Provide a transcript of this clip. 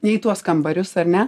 ne į tuos kambarius ar ne